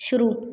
शुरू